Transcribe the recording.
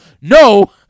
No